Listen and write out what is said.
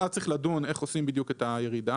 ואז צריך לדון איך בדיוק עושים את הירידה.